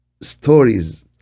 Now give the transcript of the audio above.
stories